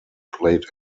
played